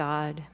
God